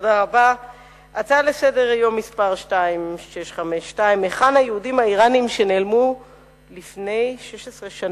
הכנסת מסעוד גנאים שאל את שר התשתיות